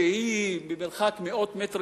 שהיא במרחק מאות מטרים